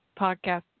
podcast